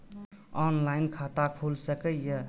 Online खाता खुल सके ये?